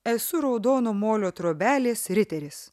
esu raudono molio trobelės riteris